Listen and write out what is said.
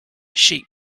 sheep